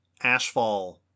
Ashfall